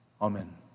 Amen